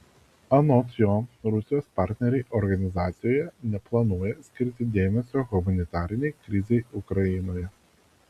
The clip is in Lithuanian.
anot jo rusijos partneriai organizacijoje neplanuoja skirti dėmesio humanitarinei krizei ukrainoje